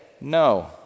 no